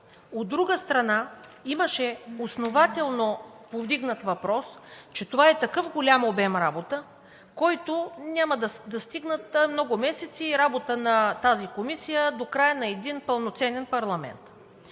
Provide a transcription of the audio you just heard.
От друга страна, имаше основателно повдигнат въпрос, че това е такъв голям обем работа, за който няма да стигнат много месеци и работа на тази комисия до края на един пълноценен парламент.